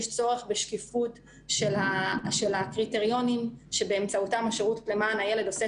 יש צורך בשקיפות של הקריטריונים שבאמצעותם השירות למען הילד עושה